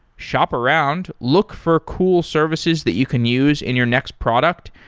shop around, look for cool services that you can use in your next product,